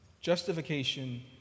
Justification